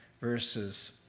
verses